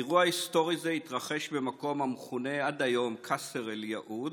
אירוע היסטורי זה התרחש במקום המכונה עד היום קאסר אל-יהוד,